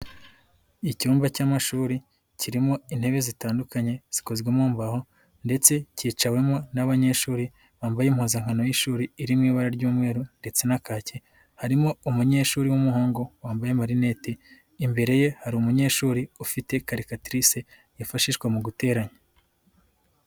Icyumba cy'amashuri kirimo intebe zitandukanye zikozwe mu mbaho ndetse kicawemo n'abanyeshuri bambaye impuzankano y'ishuri iri mu ibara ry'umweru ndetse na kake, harimo umunyeshuri w'umuhungu wambaye amarinete, imbere ye hari umunyeshuri ufite calikatirise yifashishwa mu guteranya.